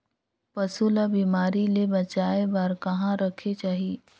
पशु ला बिमारी ले बचाय बार कहा रखे चाही?